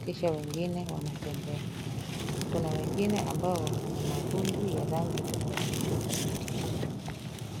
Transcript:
kisha wengine wanatembea. Kuna wengine ambao wako na miavuli ya rangi tofauti tofauti.